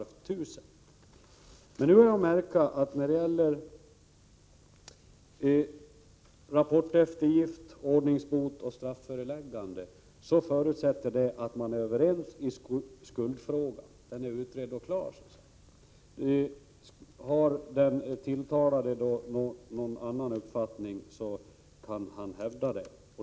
Men här bör man lägga märke till att det när det gäller rapporteftergift, ordningsbot och strafföreläggande förutsätts att man är överens i skuldfrågan, att den är utredd och klar. Om den tilltalade hävdar en annan uppfattning går ärendet vidare.